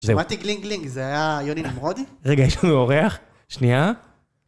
שמעתי גלינג-גלינג, זה היה יוני נמרודי? רגע, יש לנו אורח? שנייה.